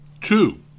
Two